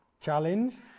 Challenged